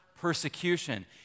persecution